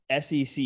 sec